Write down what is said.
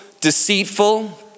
deceitful